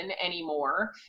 anymore